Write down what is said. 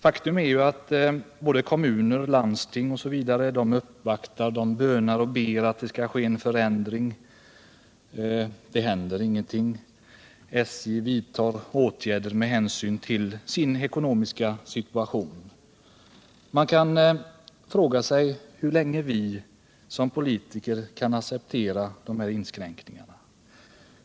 Faktum är att kommuner och landsting uppvaktar, bönar och ber om en förändring. Det händer ingenting. SJ vidtar åtgärder med hänsyn till sin ekonomiska situation. Man kan fråga sig hur länge vi som politiker kan acceptera dessa inskränkningar.